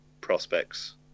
prospects